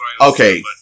Okay